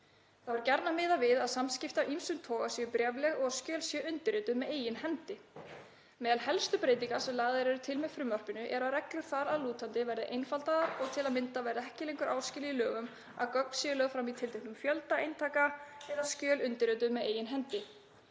Þá er gjarnan miðað við að samskipti af ýmsum toga séu bréfleg og skjöl séu undirrituð eigin hendi. Meðal helstu breytinga sem lagðar eru til með frumvarpinu er að reglur þar að lútandi verði einfaldaðar og til að mynda verði ekki lengur áskilið í lögum að gögn séu lögð fram í tilteknum fjölda eintaka eða skjöl undirrituð eigin hendi.